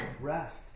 rest